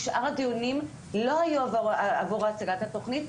שאר הדיונים לא היו עבור הצגת התוכנית,